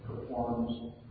performs